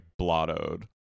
blottoed